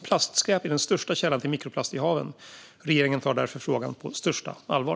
Plastskräp är den största källan till mikroplast i haven, och regeringen tar därför frågan på största allvar.